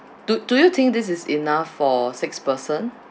do do you think this is enough for six person